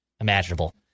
imaginable